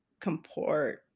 comport